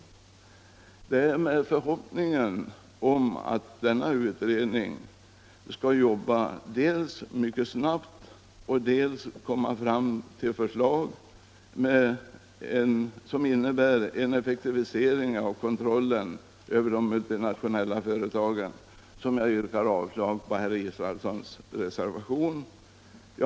Det är min förhoppning att denna utredning dels skall jobba mycket snabbt, dels komma fram till förslag som innebär en effektivisering av kontrollen över de multinationella företagen.